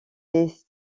des